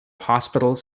hospitals